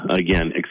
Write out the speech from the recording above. Again